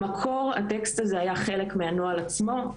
במקור הטקסט הזה היה חלק מהנוהל עצמו,